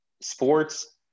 sports